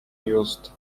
used